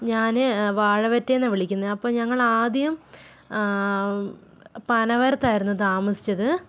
ഞാൻ വാഴവറ്റയിൽ നിന്ന് വിളിക്കുന്നത് അപ്പോൾ ഞങ്ങങ്ങളാദ്യം പനവരത്തായിരുന്നു താമസിച്ചത്